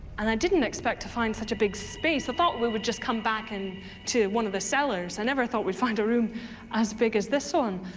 and i didn't expect to find such a big space. i thought we would just come back and to one of the cellars, i never thought we'd find a room as big as this one.